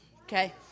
Okay